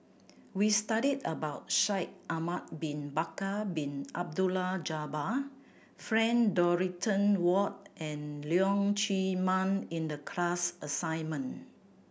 we studied about Shaikh Ahmad Bin Bakar Bin Abdullah Jabbar Frank Dorrington Ward and Leong Chee Mun in the class assignment